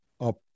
up